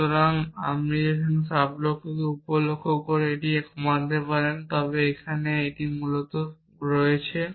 সুতরাং আপনি সাব লক্ষ্যকে এই 2টি উপ লক্ষ্যে কমিয়ে আনতে পারেন তবে এখানে এবং মূলত রয়েছে